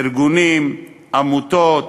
ארגונים, עמותות,